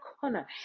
corner